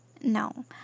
no